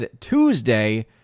Tuesday